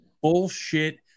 bullshit